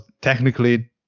technically